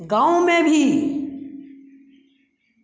गाँव में भी